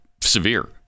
severe